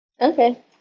Okay